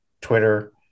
Twitter